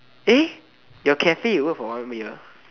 eh your cafe you work for how many year